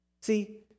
See